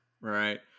Right